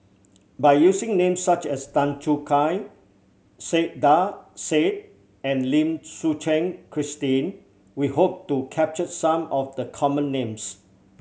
by using names such as Tan Choo Kai Saiedah Said and Lim Suchen Christine we hope to capture some of the common names